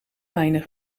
mijnen